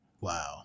Wow